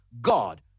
God